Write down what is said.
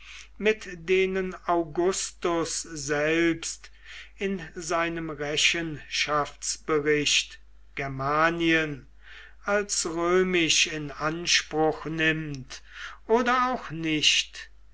mit denen augustus selbst in seinem rechenschaftsbericht germanien als römisch in anspruch nimmt oder auch nicht